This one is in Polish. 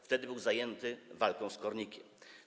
Wtedy był zajęty walką z kornikiem.